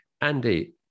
Andy